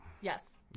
Yes